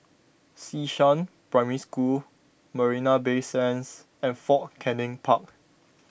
Xishan Primary School Marina Bay Sands and Fort Canning Park